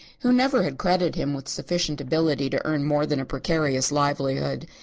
who never had credited him with sufficient ability to earn more than a precarious livelihood.